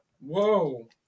Whoa